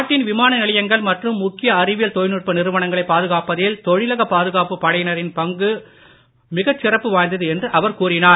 நாட்டின் விமான நிலையங்கள் மற்றும் முக்கிய அறிவியல் தொழில்நுட்ப நிறுவனங்களை பாதுகாப்பதில் தொழிலக பாதுகாப்புப் படையினரின் பங்குபணி மிகச் சிறப்பு வாய்ந்தது என்று அவர் கூறினார்